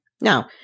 Now